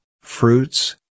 Fruits